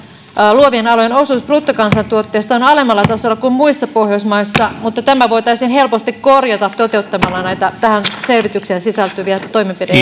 luovien alojen osuus bruttokansantuotteesta on alemmalla tasolla kuin muissa pohjoismaissa mutta tämä voitaisiin helposti korjata toteuttamalla tähän selvitykseen sisältyviä toimenpide